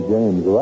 James